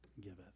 giveth